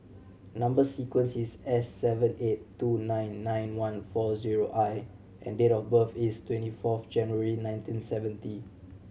number sequence is S seven eight two nine nine one four zero I and date of birth is twenty fourth January nineteen seventy